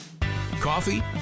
Coffee